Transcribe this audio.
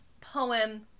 poem